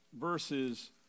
verses